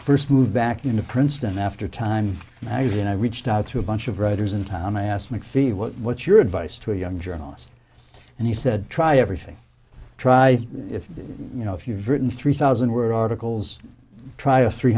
first moved back into princeton after time magazine i reached out to a bunch of writers and time i asked mcphee what's your advice to a young journalist and he said try everything try if you know if you've written three thousand were articles try a three